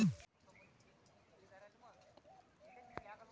जेव्हा तुम्ही कमाई सुरू कराल तेव्हा वेळोवेळी तुमचा आयकर भरत राहा